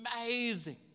amazing